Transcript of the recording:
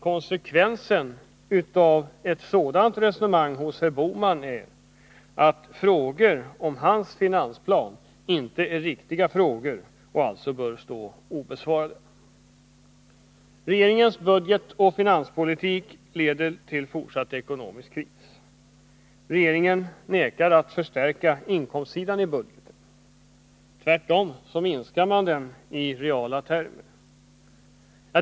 Konsekvensen av ett sådant resonemang av herr Bohman är att frågor om hans finansplan inte är några riktiga frågor och alltså bör stå obesvarade. Regeringens budgetoch finanspolitik leder till fortsatt ekonomisk kris. Regeringen vägrar att förstärka inkomstsidan i budgeten. Tvärtom minskar man den i reala termer.